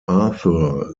arthur